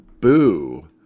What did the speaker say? Boo